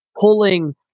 pulling